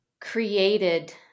created